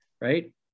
right